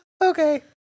okay